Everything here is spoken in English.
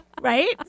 Right